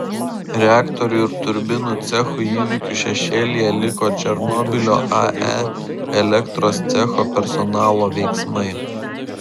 reaktorių ir turbinų cechų įvykių šešėlyje liko černobylio ae elektros cecho personalo veiksmai